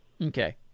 Okay